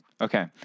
Okay